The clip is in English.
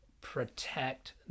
protect